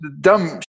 dumb